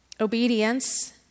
Obedience